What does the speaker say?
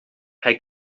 hij